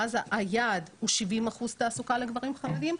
ואז היעד הוא 70% תעסוקה לגברים חרדים,